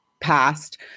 passed